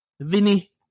Vinny